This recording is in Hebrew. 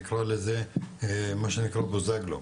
נקרא לזה מה שנקרא בוזגלו,